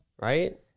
Right